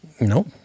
No